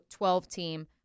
12-team